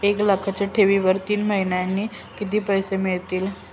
एक लाखाच्या ठेवीवर तीन महिन्यांनी किती पैसे मिळतील?